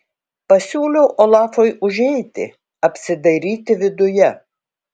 pasiūliau olafui užeiti apsidairyti viduje